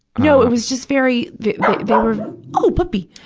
no, it was just very very oh, puppy!